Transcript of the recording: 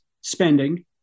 spending